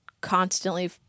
constantly